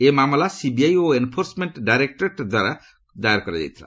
ଏହି ମାମଲା ସିବିଆଇ ଓ ଏନ୍ଫୋର୍ସମେଣ୍ଟ ଡାଇରେକ୍ଟୋରେଟ୍ ଦାଏର କରିଥିଲା